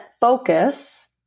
focus